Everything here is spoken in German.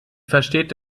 versteht